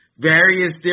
various